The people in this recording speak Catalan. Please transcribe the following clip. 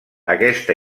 aquesta